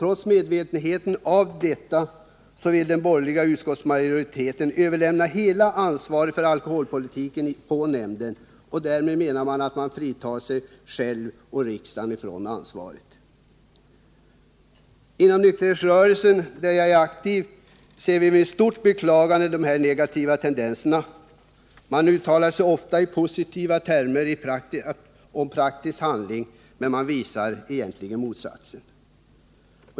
Trots medvetenheten om detta vill utskottsmajoriteten lägga hela ansvaret för alkoholpolitiken på nämnden, och därmed menar man att man fritar sig själv och riksdagen från ansvar. Inom nykterhetsrörelsen, där jag är aktiv, ser vi med stort beklagande dessa negativa tendenser. Man uttalar sig ofta i positiva termer, men i praktisk handling visar man motsatsen.